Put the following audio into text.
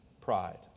pride